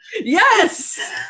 yes